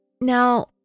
Now